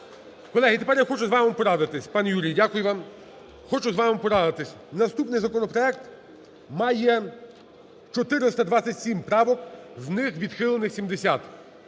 Колеги, тепер я хочу з вами порадитись. Пане Юрій, дякую вам. Хочу з вами порадитись, наступний законопроект має 427 правок, з них відхилених 70.